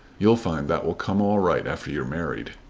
you'll find that will come all right after you are married.